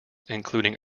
including